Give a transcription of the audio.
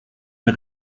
une